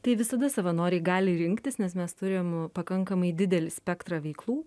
tai visada savanoriai gali rinktis nes mes turim pakankamai didelį spektrą veiklų